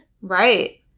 Right